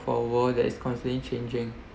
for a world that is constantly changing